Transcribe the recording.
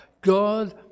God